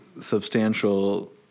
substantial